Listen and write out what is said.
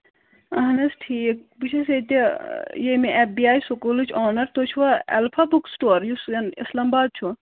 اَہن حظ ٹھیٖک بہٕ چھَس ییٚتہِ ییٚمہِ اٮ۪ف بی اَے سکوٗلٕچ اونَر تُہۍ چھِوا اٮ۪لفا بُک سٕٹور یُس زَن اِسلام آباد چھُ